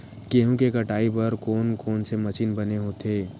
गेहूं के कटाई बर कोन कोन से मशीन बने होथे?